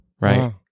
Right